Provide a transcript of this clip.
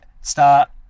start